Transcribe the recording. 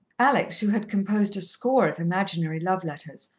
alex, who had composed a score of imaginary love-letters,